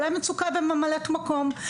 אולי המצוקה היא בממלאות מקום.